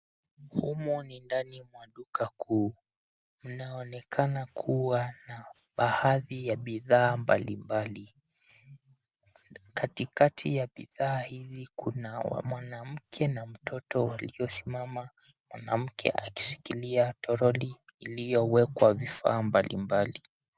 Humu ni ndani mwa duka kuu, inaonekana kuwa na baadhi ya bidhaa mbalimbali. Katikati ya bidhaa hizi kuna mwanamke na mtoto aliyesimama mwanamke akishikilia troli iliyowekwa vifaa mbalimbali.